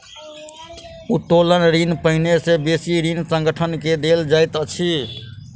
उत्तोलन ऋण पहिने से बेसी ऋणी संगठन के देल जाइत अछि